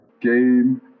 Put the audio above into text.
game